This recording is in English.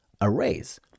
arrays